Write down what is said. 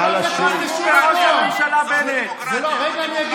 נא, זה לא כתוב בשום מקום.